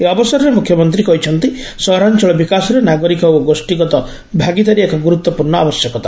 ଏହି ଅବସରରେ ମୁଖ୍ୟମନ୍ତୀ କହିଛନ୍ତି ସହରାଅଳ ବିକାଶରେ ନାଗରିକ ଓ ଗୋଷୀଗତ ଭାଗିଦାରୀ ଏକ ଗୁରୁତ୍ୱପୂର୍ଷ୍ ଆବଶ୍ୟକତା